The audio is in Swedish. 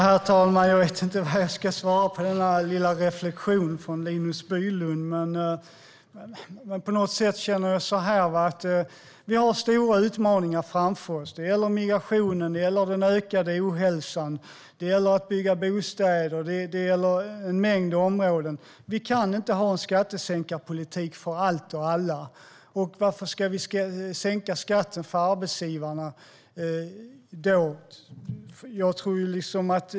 Herr talman! Jag vet inte vad jag ska svara på denna lilla reflektion från Linus Bylund. Vi har stora utmaningar framför oss. Det gäller migrationen. Det gäller den ökade ohälsan. Det gäller byggandet av bostäder. Det gäller en mängd områden. Vi kan inte ha en skattesänkarpolitik för allt och alla. Varför ska vi då sänka skatten för arbetsgivarna?